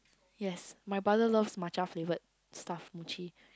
yes my brother loves matcha flavoured stuff mochi